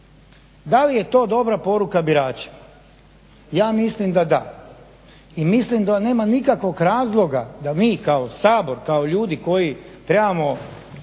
Da li je to dobra poruka biračima? Ja mislim da da, i mislim da nema nikakvog razloga da mi kao Sabor, kao ljudi koji trebamo